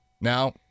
now